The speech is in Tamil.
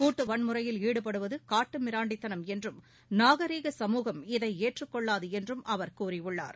கூட்டுவன்முறையில் ஈடுபடுவதுகாட்டுமிராண்டித்தனம் என்றும் நாகரீக சமூகம் இதைஏற்றுக்கொள்ளாதுஎன்றும் அவர் கூறியுள்ளார்